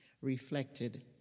reflected